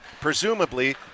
presumably